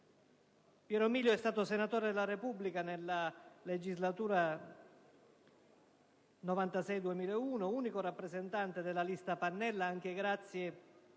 Piero Milio è stato senatore della Repubblica nella legislatura 1996 2001, unico rappresentante della Lista Pannella, anche grazie